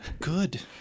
Good